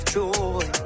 joy